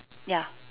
ya